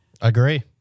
Agree